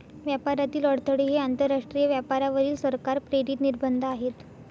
व्यापारातील अडथळे हे आंतरराष्ट्रीय व्यापारावरील सरकार प्रेरित निर्बंध आहेत